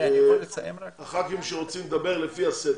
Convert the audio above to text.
חברי הכנסת שרוצים לדבר, לפי הסדר.